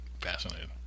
Fascinating